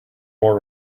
more